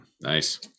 nice